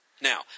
Now